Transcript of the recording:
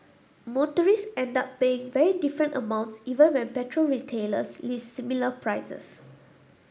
motorists end up paying very different amounts even when petrol retailers list similar prices